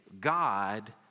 God